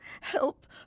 Help